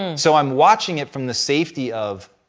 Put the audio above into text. so i'm watching it from the safety of,